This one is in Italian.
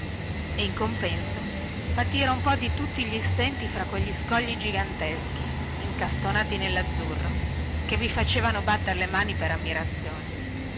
e in compenso patire un po di tutti gli stenti fra quegli scogli giganteschi incastonati nellazzurro che vi facevano batter le mani per ammirazione